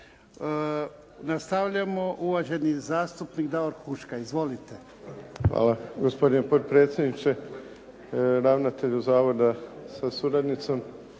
Nastavljamo. Uvaženi zastupnik Davor Huška. Izvolite. **Huška, Davor (HDZ)** Hvala. Gospodine potpredsjedniče, ravnatelju zavoda sa suradnicom.